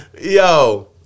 Yo